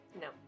no